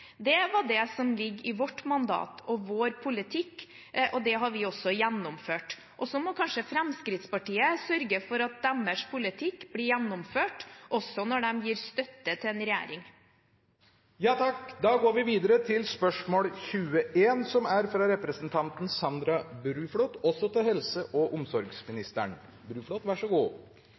Det er det som ligger i vårt mandat og vår politikk, og det har vi gjennomført. Så må kanskje Fremskrittspartiet sørge for at deres politikk blir gjennomført, også når de gir støtte til en regjering. Vi går nå videre til spørsmål 21. «Både psykisk helse og å få flere i jobb har blitt trukket frem som